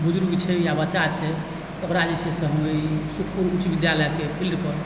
बुजुर्ग छथि या बच्चा छै ओकरा जे छै से हम ई सुखपुर उच्च विद्यालयके फील्डपर